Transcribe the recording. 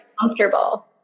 comfortable